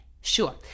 Sure